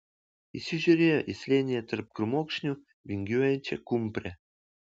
įsižiūrėjo į slėnyje tarp krūmokšnių vingiuojančią kumprę